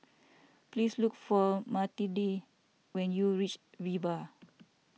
please look for Matilde when you reach Viva